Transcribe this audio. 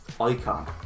icon